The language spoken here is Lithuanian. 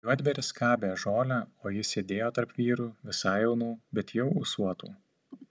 juodbėris skabė žolę o jis sėdėjo tarp vyrų visai jaunų bet jau ūsuotų